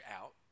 out